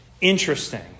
interesting